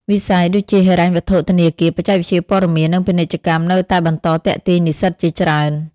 វិស័យដូចជា ហិរញ្ញវត្ថុ ធនាគារ បច្ចេកវិទ្យាព័ត៌មាន និងពាណិជ្ជកម្មនៅតែបន្តទាក់ទាញនិស្សិតជាច្រើន។